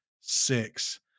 six